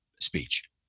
speech